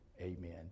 Amen